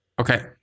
Okay